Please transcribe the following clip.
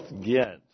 get